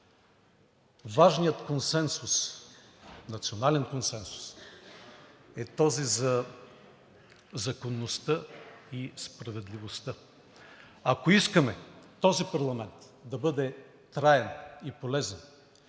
Важният национален консенсус е този за законността и справедливостта. Ако искаме този парламент да бъде траен и полезен,